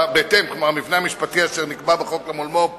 בהתאם, המבנה המשפטי אשר נקבע בחוק המולמו"פ